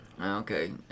Okay